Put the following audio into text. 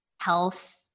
Health